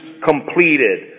completed